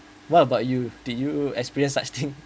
what about you did you experience such thing